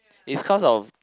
it's cause of